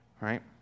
right